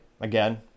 Again